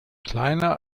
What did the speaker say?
kleiner